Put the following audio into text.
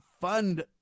fund